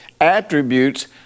attributes